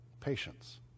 patience